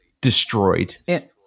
destroyed